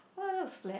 well it looks flat